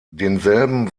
denselben